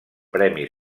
premi